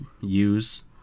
use